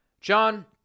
John